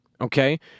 Okay